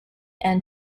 and